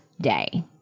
day